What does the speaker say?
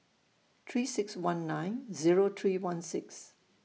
three six one nine Zero three one six